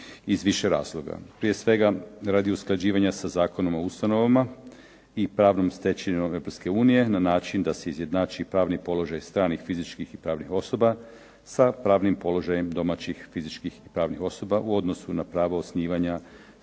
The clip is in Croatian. iz više razloga. Prije svega, radi usklađivanja sa Zakonom o ustanovama i pravnom tečevinom Europske unije na način da se izjednači pravni položaj stranih fizičkih i pravnih osoba sa pravnim položajem domaćih fizičkih i pravnih osoba u odnosu na pravo osnivanja